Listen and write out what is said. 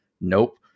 nope